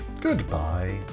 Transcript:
Goodbye